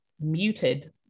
muted